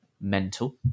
Mental